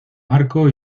marco